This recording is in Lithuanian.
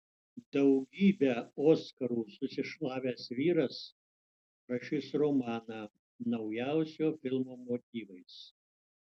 daugybę oskarų susišlavęs vyras rašys romaną naujausio filmo motyvais